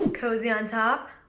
cozy on top,